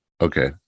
Okay